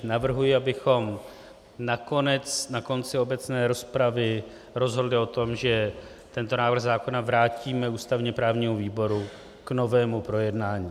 Navrhuji, abychom na konci obecné rozpravy rozhodli o tom, že tento návrh zákona vrátíme ústavněprávnímu výboru k novému projednání.